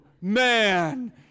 man